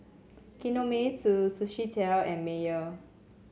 Kinohimitsu Sushi Tei and Mayer